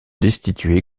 destitué